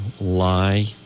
lie